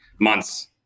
Months